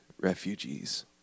refugees